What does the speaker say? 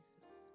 Jesus